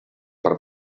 per